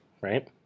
right